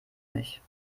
mich